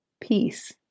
peace